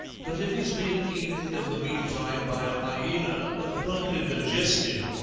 but if he's been eaten in the meantime by a hyaena and partly digested,